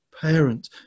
parent